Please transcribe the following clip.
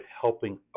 helping